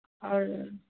और